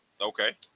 Okay